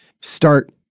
start